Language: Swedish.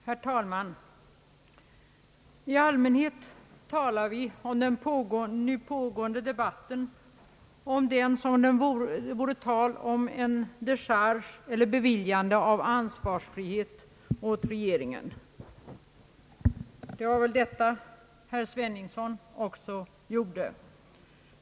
Herr talman! Vi talar allmänt under den nu pågående debatten om den som det vore tal om decharge eller beviljande av ansvarsfrihet åt regeringen. Det var väl detta som herr Sveningsson också gjorde.